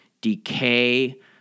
decay